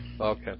Okay